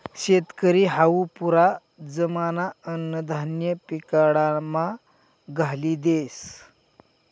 शेतकरी हावू पुरा जमाना अन्नधान्य पिकाडामा घाली देस